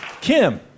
Kim